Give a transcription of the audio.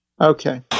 Okay